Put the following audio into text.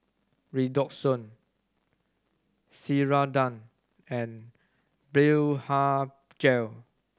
Redoxon Ceradan and Blephagel